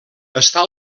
està